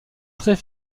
très